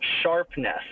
sharpness